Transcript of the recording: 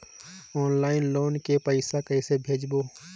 Online loan के पईसा कइसे भेजों?